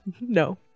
no